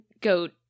goat